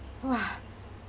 !wah!